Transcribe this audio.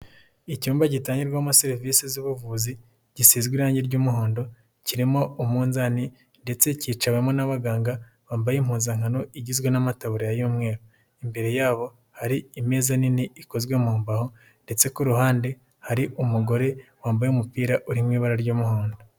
Icyumba gitangirwamo serivisi z'ubuvuzi, gisizwe irangi ry'umuhondo, kirimo umunzani ndetse kicawemo n'abaganga bambaye impuzankano igizwe n'amataburiya y'umweru. Imbere yabo hari imeza nini ikozwe mu mbaho, ndetse ku ruhande hari umugore wambaye umupira uri mu ibara ry'umuhondo.